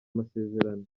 amasezerano